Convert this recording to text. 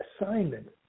assignment